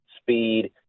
speed